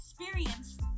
experienced